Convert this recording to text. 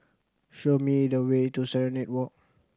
show me the way to Serenade Walk